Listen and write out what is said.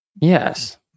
Yes